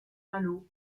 malo